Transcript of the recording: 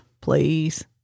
please